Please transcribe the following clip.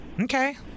Okay